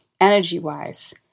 energy-wise